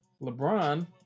LeBron